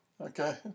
Okay